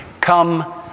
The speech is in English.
come